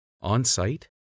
On-site